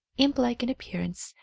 imp-like in appearance,